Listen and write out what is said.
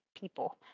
people